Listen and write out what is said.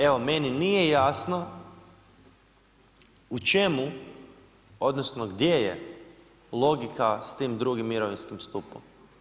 Evo meni nije jasno, u čemu odnosno, gdje je logika s tim drugim mirovinskom stupom.